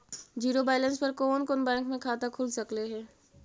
Zero balance पर कोन कोन बैंक में खाता खुल सकले हे?